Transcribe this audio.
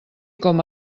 com